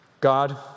God